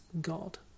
god